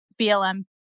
BLM